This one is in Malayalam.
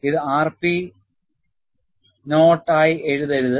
ഇത് r p ശൂന്യമായി എഴുതരുത്